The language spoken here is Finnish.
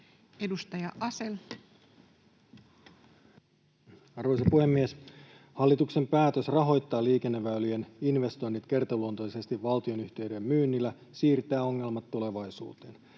Content: Arvoisa puhemies! Hallituksen päätös rahoittaa liikenneväylien investoinnit kertaluontoisesti valtionyhtiöiden myynnillä siirtää ongelmat tulevaisuuteen.